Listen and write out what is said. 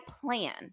plan